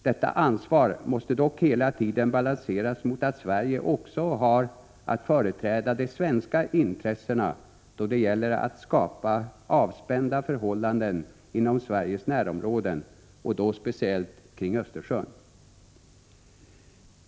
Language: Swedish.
Detta ansvar måste dock hela tiden balanseras mot att Sverige också har att företräda de svenska intressena när det gäller att skapa avspända förhållanden inom Sveriges närområden, och då speciellt kring Östersjön.